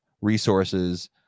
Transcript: resources